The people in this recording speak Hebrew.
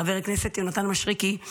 חבר הכנסת יונתן מישרקי,